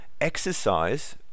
exercise